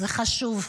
זה חשוב.